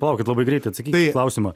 palaukit labai greit atsakykit į klausimą